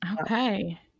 Okay